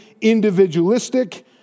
individualistic